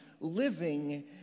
living